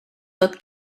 tot